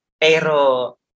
Pero